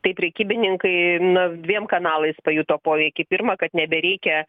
tai prekybininkai na dviem kanalais pajuto poveikį pirma kad nebereikia